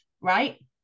right